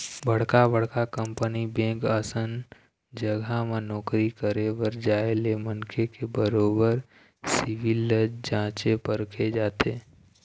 बड़का बड़का company bank असन जघा म नौकरी करे बर जाय ले मनखे के बरोबर सिविल ल जाँचे परखे जाथे